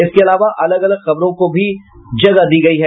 इसके अलावा अलग अलग खबरों को भी जगह दी है